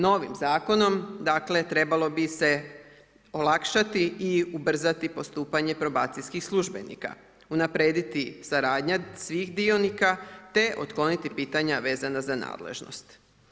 Novim zakonom trebalo bi se olakšati i ubrzati postupanje probacijskih službenika, unaprijediti suradnju svih dionika te otkloniti pitanja vezana za nadležnost.